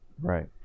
right